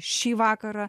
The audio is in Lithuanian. šį vakarą